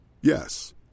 Yes